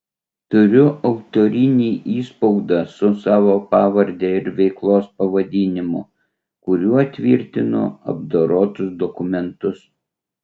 turiu autorinį įspaudą su savo pavarde ir veiklos pavadinimu kuriuo tvirtinu apdorotus dokumentus